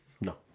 No